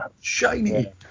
shiny